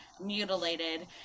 mutilated